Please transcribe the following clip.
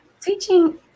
teaching